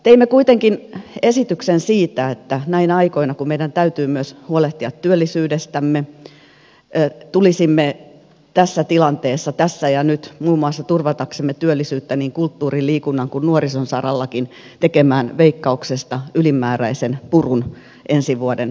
teimme kuitenkin esityksen siitä että näinä aikoina kun meidän täytyy myös huolehtia työllisyydestämme tulisimme tässä tilanteessa tässä ja nyt muun muassa turvataksemme työllisyyttä niin kulttuurin liikunnan kuin nuorisonkin saralla tekemään veikkauksesta ylimääräisen purun ensi vuoden talousarviossa